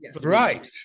Right